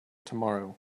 tomorrow